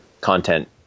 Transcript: content